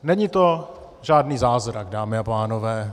Není to žádný zázrak, dámy a pánové.